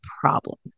problem